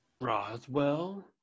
Roswell